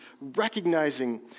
recognizing